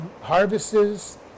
harvests